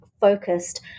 focused